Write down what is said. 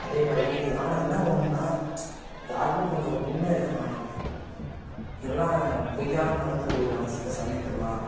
அதே மாதிரி ஆனால் என்ன ஒன்னுன்னால் யாரும் கொஞ்சம் உண்மையாக இருக்க மாட்டேறாங்க எல்லாம் பொய்யான மருந்து கொடுக்குறாங்க சில சமயத்திலலாம்